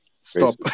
Stop